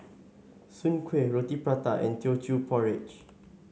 Soon Kueh Roti Prata and Teochew Porridge